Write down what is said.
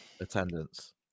attendance